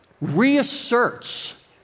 reasserts